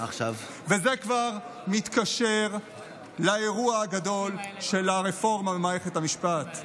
זה כבר מתקשר לאירוע הגדול של הרפורמה במערכת המשפט.